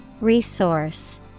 Resource